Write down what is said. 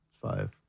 five